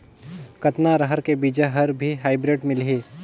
कतना रहर के बीजा हर भी हाईब्रिड मिलही?